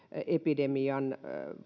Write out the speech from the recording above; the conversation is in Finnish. epidemian